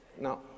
no